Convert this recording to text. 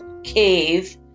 Cave